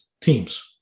teams